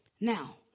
Now